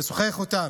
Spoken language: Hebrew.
לשוחח איתם.